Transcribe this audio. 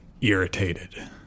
irritated